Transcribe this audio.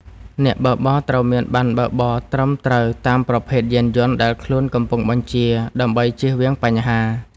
អ្នកបើកបរត្រូវមានប័ណ្ណបើកបរត្រឹមត្រូវតាមប្រភេទយានយន្តដែលខ្លួនកំពុងបញ្ជា ដើម្បីចៀសវាងបញ្ហា។